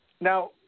Now